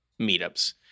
meetups